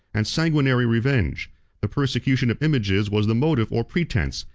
and sanguinary revenge the persecution of images was the motive or pretence,